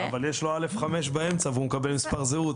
אבל יש לו א'5 באמצע והוא מקבל מספר זהות,